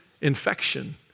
infection